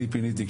אני פיניתי,